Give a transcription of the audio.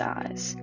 eyes